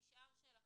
--- נשאר שלכם.